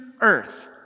earth